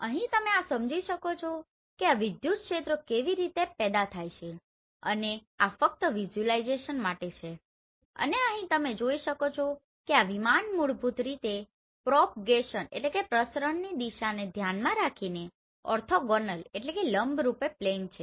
અહીં તમે આ સમજી શકો છો કે આ વિદ્યુત ક્ષેત્રો કેવી રીતે પેદા થાય છે અને આ ફક્ત વિઝ્યુલાઇઝેશન માટે છે અને અહીં તમે જોઈ શકો છો કે આ વિમાન મૂળભૂત રીતે પ્રોપગેશનPropagationપ્રસરણની દિશાને ધ્યાનમાં રાખીને ઓર્થોગોનલOrthogonalલંબ રૂપે પ્લેન છે